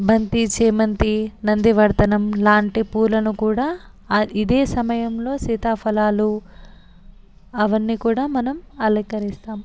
బంతి చేమంతి నందివర్ధనం లాంటి పూలకు కూడా ఇదే సమయం సీతాఫలాలు అవన్నీ కూడా మనం అలంకరిస్తాం